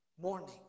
Morning